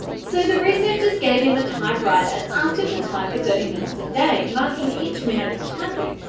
so the researchers gave him a typewriter and asked him to type for thirty minutes a day, marking each minute of typing.